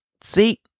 See